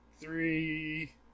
three